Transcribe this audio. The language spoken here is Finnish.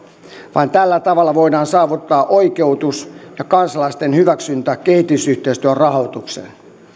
vain tällä tavalla voidaan saavuttaa oikeutus ja kansalaisten hyväksyntä kehitysyhteistyön rahoitukselle